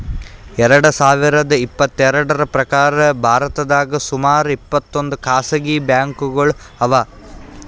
ಎರಡ ಸಾವಿರದ್ ಇಪ್ಪತ್ತೆರಡ್ರ್ ಪ್ರಕಾರ್ ಭಾರತದಾಗ್ ಸುಮಾರ್ ಇಪ್ಪತ್ತೊಂದ್ ಖಾಸಗಿ ಬ್ಯಾಂಕ್ಗೋಳು ಅವಾ